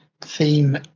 theme